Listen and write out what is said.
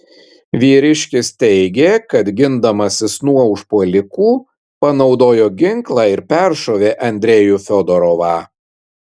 vyriškis teigė kad gindamasis nuo užpuolikų panaudojo ginklą ir peršovė andrejų fiodorovą